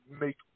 make